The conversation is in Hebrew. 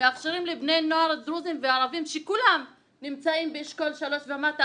אפשרו לבני הנוער הדרוזים והערבים שכולם נמצאים באשכול 3 ומטה.